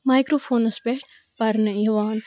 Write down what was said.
مَیکروفونَس پٮ۪ٹھ پَرنہٕ یِوان